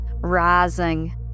rising